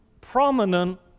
prominent